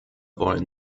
wollen